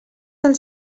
del